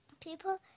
people